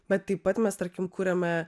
bet taip pat mes tarkim kuriame